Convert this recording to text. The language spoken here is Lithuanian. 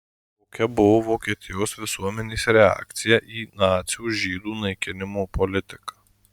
kokia buvo vokietijos visuomenės reakcija į nacių žydų naikinimo politiką